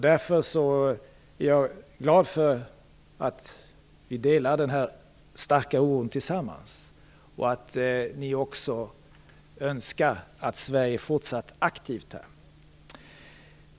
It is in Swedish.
Därför är jag glad för att vi delar denna starka oro och för att debattörerna också önskar att Sverige är fortsatt aktivt.